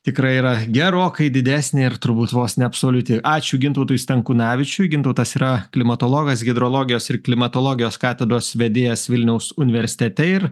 tikrai yra gerokai didesnė ir turbūt vos ne absoliuti ačiū gintautui stankūnavičiui gintautas yra klimatologas hidrologijos ir klimatologijos katedros vedėjas vilniaus universitete ir